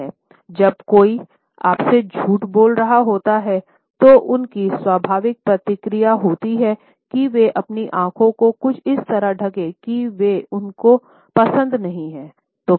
जब कोई आपसे झूठ बोल रहा होता है तो उनकी स्वाभाविक प्रतिक्रिया होती है कि वे अपनी आँखों को कुछ इस तरह ढँकें कि वे उनको पसंद नहीं हैं